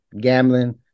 gambling